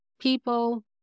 people